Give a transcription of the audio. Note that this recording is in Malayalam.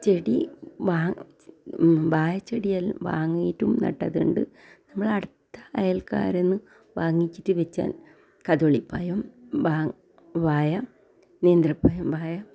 ചെടി വാ വാഴ ചെടിയെല്ലാം വാങ്ങീട്ടും നട്ടതുണ്ട് നമ്മുടെ അടുത്ത അയൽക്കാര്ന്ന് വാങ്ങിച്ചിട്ട് വെച്ച കദളിപ്പഴം വാ വാഴ നേന്ത്രപ്പഴം വാഴ